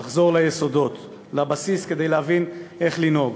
לחזור ליסודות, לבסיס, כדי להבין איך לנהוג.